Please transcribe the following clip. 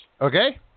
Okay